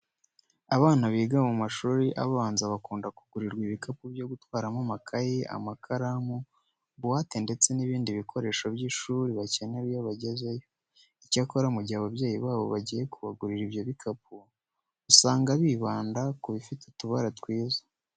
Abana biga mu mashuri abanza bakunda kugurirwa ibikapu byo gutwaramo amakayi, amakaramu, buwate ndetse n'ibindi bikoresho by'ishuri bakenera iyo bagezeyo. Icyakora mu gihe ababyeyi babo bagiye kubagurira ibyo bikapu, usanga bibanda ku bifite utubara twiza.